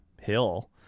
hill